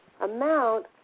amount